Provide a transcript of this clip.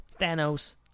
Thanos